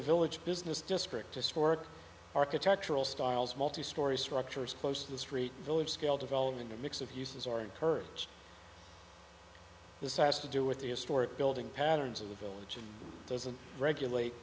the village business district historic architectural styles multi story structures close to the street village scale developing a mix of uses are incurred this has to do with the historic building patterns of the village and doesn't regulate